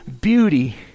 beauty